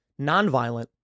nonviolent